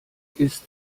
ist